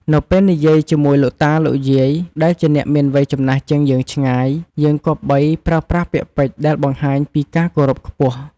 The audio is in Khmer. នៅពេលនិយាយជាមួយលោកតា លោកយាយ ដែលជាអ្នកមានវ័យចំណាស់ជាងយើងឆ្ងាយ យើងគប្បីប្រើប្រាស់ពាក្យពេចន៍ដែលបង្ហាញពីការគោរពខ្ពស់។